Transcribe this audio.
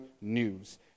news